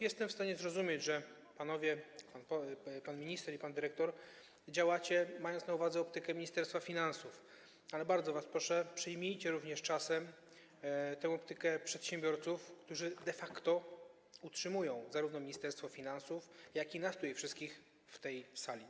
Jestem w stanie zrozumieć, że panowie, pan minister i pan dyrektor, działacie, mając na uwadze optykę Ministerstwa Finansów, ale bardzo was proszę, przyjmijcie również czasem tę optykę przedsiębiorców, którzy de facto utrzymują zarówno Ministerstwo Finansów, jak i nas wszystkich zgromadzonych tutaj, w tej sali.